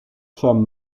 femme